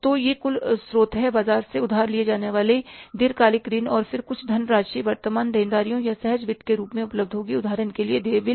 तो यह कुल स्रोत है बाजार से उधार लिए जाने वाले दीर्घकालिक ऋण और फिर कुछ धनराशि वर्तमान देनदारियों या सहज वित्त के रूप में उपलब्ध होगी उदाहरण के लिए देय बिल